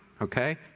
Okay